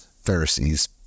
Pharisees